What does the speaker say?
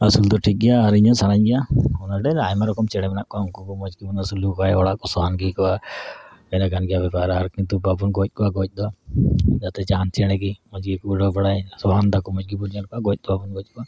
ᱟᱹᱥᱩᱞ ᱫᱚ ᱴᱷᱤᱠ ᱜᱮᱭᱟ ᱟᱨ ᱤᱧᱦᱚᱸ ᱥᱟᱱᱟᱧ ᱜᱮᱭᱟ ᱚᱱᱟ ᱰᱷᱮᱨ ᱟᱭᱢᱟ ᱨᱚᱠᱚᱢ ᱪᱮᱬᱮ ᱢᱮᱱᱟᱜ ᱠᱚᱣᱟ ᱩᱱᱠᱩ ᱠᱚ ᱢᱚᱡᱽ ᱜᱮᱵᱚᱱ ᱟᱹᱥᱩᱞ ᱠᱚᱣᱟ ᱚᱲᱟᱜ ᱠᱚ ᱥᱚᱦᱟᱱ ᱜᱮ ᱟᱹᱭᱠᱟᱹᱜᱼᱟ ᱮᱱᱰᱮ ᱠᱷᱟᱱ ᱜᱮ ᱦᱩᱭ ᱠᱚᱜᱼᱟ ᱟᱨ ᱠᱤᱱᱛᱩ ᱵᱟᱵᱚᱱ ᱜᱚᱡ ᱠᱚᱣᱟ ᱜᱚᱡ ᱫᱚ ᱡᱟᱛᱮ ᱡᱟᱦᱟᱱ ᱪᱮᱬᱮ ᱜᱮ ᱢᱚᱡᱽ ᱜᱮᱠᱚ ᱩᱰᱟᱹᱣ ᱵᱟᱲᱟᱭᱟ ᱥᱚᱦᱟᱱ ᱮᱫᱟᱠᱚ ᱢᱚᱡᱽ ᱜᱮᱵᱚᱱ ᱧᱮᱞ ᱠᱚᱣᱟ ᱜᱚᱡ ᱫᱚ ᱵᱟᱵᱚᱱ ᱜᱚᱡ ᱠᱚᱣᱟ